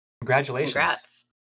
Congratulations